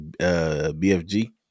BFG